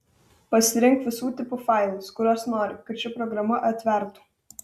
pasirink visų tipų failus kuriuos nori kad ši programa atvertų